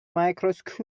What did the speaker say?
microscope